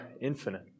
infinite